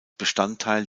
bestandteil